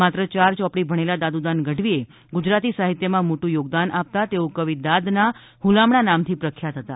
માત્ર ચાર ચોપડી ભણેલા દાદુદાન ગઢવીએ ગુજરાતી સાહિત્યમાં મોટું યોગદાન આપતા તેઓ કવિ દાદના હ્લામણા નામથી પ્રખ્યાત હતા